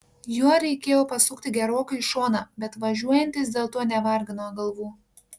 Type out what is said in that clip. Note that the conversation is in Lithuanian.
juo reikėjo pasukti gerokai į šoną bet važiuojantys dėl to nevargino galvų